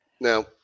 Now